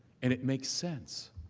and it makes sense.